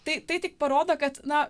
tai tai tik parodo kad na